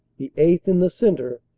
the eighth. in the centre,